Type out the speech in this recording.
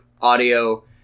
audio